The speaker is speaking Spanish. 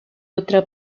otra